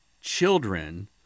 children